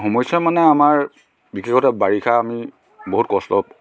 সমস্যা মানে আমাৰ বিশেষত বাৰিষা আমি বহুত কষ্ট